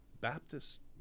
baptist